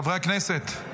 חברי הכנסת?